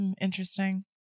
Interesting